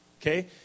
Okay